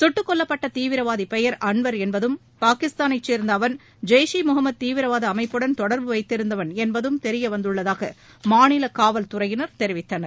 சுட்டுக்கொல்லப்பட்ட தீவிரவாதி பெயர் அன்வர் என்பதும் பாகிஸ்தானை சேர்ந்த அவன் ஜெய்ஸ் இ முகமது தீவிரவாத அமைப்புடன் தொடா்பு வைத்திருந்தவன் என்பதும் தெரிய வந்துள்ளதாக மாநில காவல்துறையினர் தெரிவித்தனர்